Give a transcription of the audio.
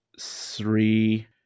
Three